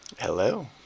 hello